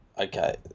Okay